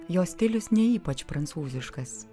jos stilius ne ypač prancūziškas